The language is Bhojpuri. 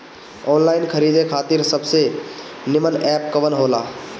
आनलाइन खरीदे खातिर सबसे नीमन एप कवन हो ला?